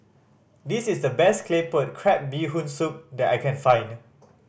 this is the best Claypot Crab Bee Hoon Soup that I can find